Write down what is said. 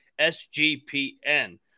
SGPN